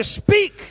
speak